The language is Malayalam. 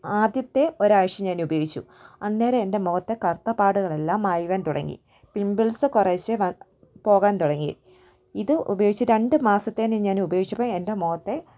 ആദ്യത്തെ ഒരാഴ്ച്ച ഞാനുപയോഗിച്ചു അന്നേരം എൻ്റെ മുഖത്തെ കറുത്തപാടുകളെല്ലാം മായുവാൻ തുടങ്ങി പിമ്പിൾസ് കുറേശ്ശെ വ പോകാൻ തൊടങ്ങി ഇത് ഉപയോഗിച്ച് രണ്ട് മാസത്തേന് ഞാൻ ഉപയിഗിച്ചപ്പം എൻ്റെ മുഖത്തെ